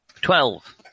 Twelve